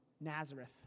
Nazareth